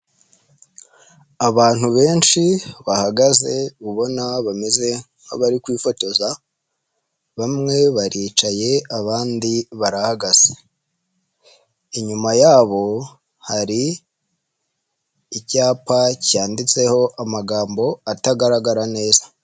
Abantu benshi bahagaze ubona bameze nk'abari kwifotoza, bamwe baricaye abandi barahagaze. Inyuma yabo hari icyapa cyanditseho amagambo atagaragara neza.